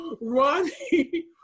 Ronnie